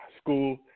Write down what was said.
School